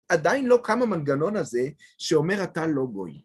עדיין לא קם המנגנון הזה שאומר, אתה לא גוי.